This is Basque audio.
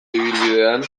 ibilbidean